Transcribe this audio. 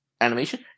animation